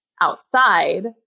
outside